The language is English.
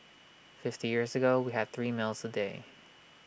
fifty years ago we had three meals A day